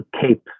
cape